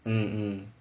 ng